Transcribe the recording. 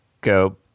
go